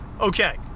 okay